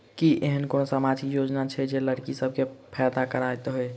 की एहेन कोनो सामाजिक योजना छै जे लड़की सब केँ फैदा कराबैत होइ?